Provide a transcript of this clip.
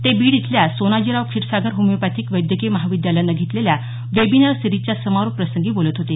ते बीड इथल्या सोनाजीराव क्षीरसागर होमिओपॅथिक वैद्यकीय महाविद्यालयानं घेतलेल्या वेबिनार सीरिजच्या समारोप प्रसंगी बोलत होते